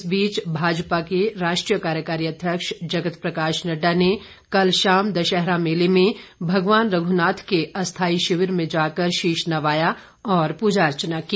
इस बीच भाजपा के राष्ट्रीय कार्यकारी अध्यक्ष जगत प्रकाश नड्डा ने कल शाम दशहरा मेले में भगवान रघुनाथ के अस्थाई शिविर में जाकर शीश नवाया और पूजा अर्चना की